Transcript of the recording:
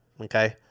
okay